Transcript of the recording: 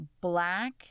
black